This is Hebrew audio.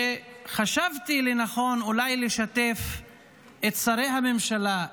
חשבתי לנכון לשתף את שרי הממשלה,